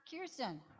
Kirsten